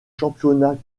championnats